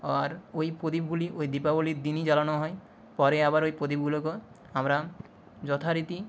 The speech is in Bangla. আর ওই প্রদীপগুলি ওই দীপাবলির দিনই জ্বালানো হয় পরে আবার ওই প্রদীপগুলোকে আমরা যথারীতি